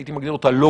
שהייתי מגדיר אותה,